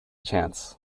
chance